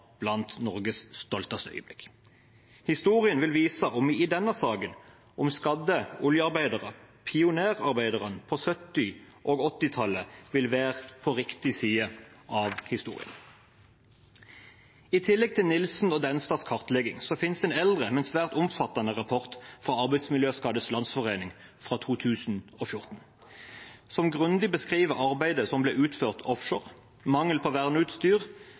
blant Norges stolteste øyeblikk. Historien vil vise om vi i denne saken om skadde oljearbeidere, pionerarbeiderne på 1970- og 1980-tallet, vil være på riktig side av historien. I tillegg til Nilsen og Denstads kartlegging finnes det en eldre, men svært omfattende rapport fra Arbeidsmiljøskaddes Landsforening fra 2014 som grundig beskriver arbeidet som ble utført offshore, mangel på verneutstyr,